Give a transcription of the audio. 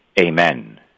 Amen